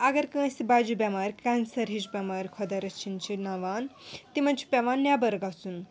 اگر کٲنٛسہِ بَجہِ بٮ۪مارِ کینسَر ہِش بٮ۪مارِ خۄدا رٔچھِنۍ چھِ نَوان تِمَن چھُ پٮ۪وان نٮ۪بَر گَژھُن